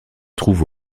trouve